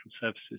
Services